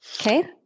Okay